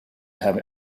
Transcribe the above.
have